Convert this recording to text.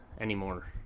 anymore